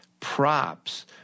props